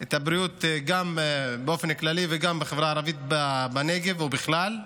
את הבריאות גם באופן כללי וגם בחברה הערבית בנגב ובכלל,